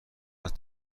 است